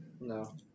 No